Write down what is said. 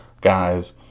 guys